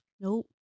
Nope